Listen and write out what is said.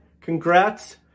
congrats